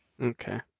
Okay